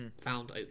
Found